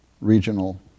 regional